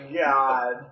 god